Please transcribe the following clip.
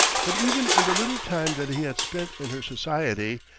but even in the little time that he had spent in her society,